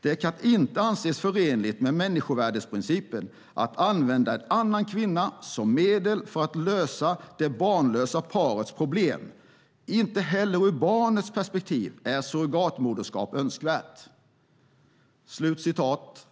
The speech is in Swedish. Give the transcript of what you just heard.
Det kan inte anses förenligt med människovärdesprincipen att använda en annan kvinna som medel för att lösa det barnlösa parets problem. Inte heller ur barnets perspektiv är surrogatmoderskap önskvärt."